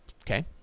Okay